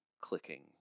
clicking